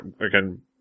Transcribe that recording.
again